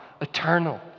eternal